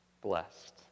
blessed